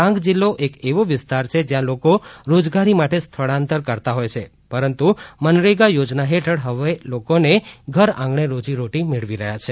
ડાંગ જિલ્લો એક એવો વિસ્તાર છે કે જ્યાં લોકો રોજગારી માટે સ્થળાંતર કરતા હોય છે પરંતુ મનરેગા યોજના હેઠળ હવે લોકો ઘર આંગણે રોજીરોટી કમાવી રહ્યા છે